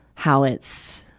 how it's,